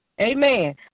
Amen